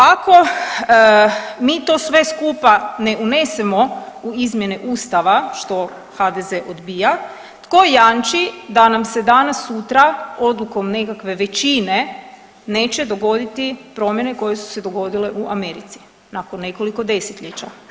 Ako mi to sve skupa ne unesemo u izmjene Ustava što HDZ odbija tko jamči da nam se danas sutra odlukom nekakve većine neće dogoditi promjene koje su se dogodile u Americi nakon nekoliko desetljeća.